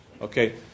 Okay